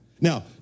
Now